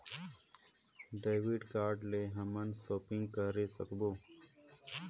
Debit card ले हमन shopping करे सकबो?